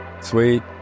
sweet